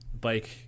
bike